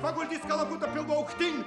kas paguldis kalakutą